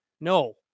No